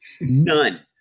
none